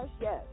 yes